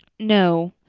no,